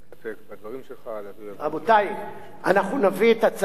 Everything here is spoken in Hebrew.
הנושא הזה יבוא לדיון